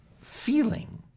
feeling